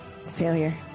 Failure